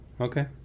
okay